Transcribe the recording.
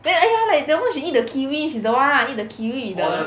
then oh ya like that [one] she eat the kiwi she's the one lah eat the kiwi with the